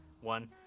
one